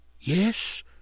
Yes